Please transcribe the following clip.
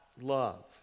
love